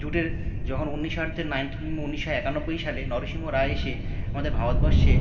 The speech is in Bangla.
জুটের যখন ঊনিশার্ধ্বের নাইনটিন ঊনিশশো একানব্বই সালে নরসিংহ রাও এসে আমাদের ভারতবর্ষে